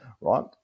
right